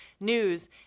news